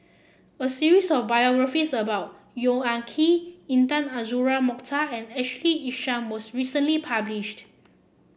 a series of biographies about Yong Ah Kee Intan Azura Mokhtar and Ashley Isham was recently published